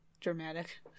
dramatic